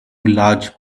large